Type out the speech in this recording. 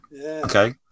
Okay